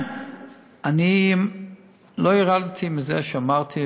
אני לא ירדתי מזה שאמרתי,